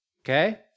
Okay